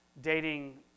dating